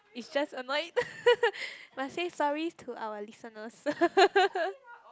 it's just annoyed must say sorry to our listeners